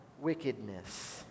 wickedness